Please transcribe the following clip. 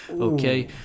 Okay